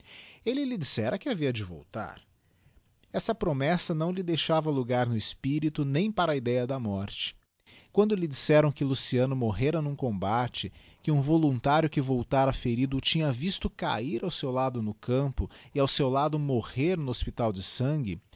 elle lhe dissera que havia de voltar essa promessa não lhe deixava logar no espirito nem para a idéa da morte quando lhe disseram que luciano morrera n'um combate que um voluntário que voltara ferido o tinha visto cahir ao seu lado no campo digiti zedby google e ao seu lado morrer no hospital de sangue